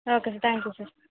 okay sir thank you sir